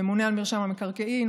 הממונה על מרשם המקרקעין,